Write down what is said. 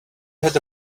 had